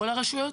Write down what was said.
בכל הרשויות?